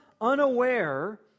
unaware